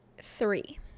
three